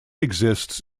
exists